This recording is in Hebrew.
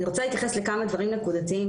אני רוצה להתייחס לכמה דברים נקודתיים